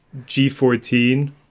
g14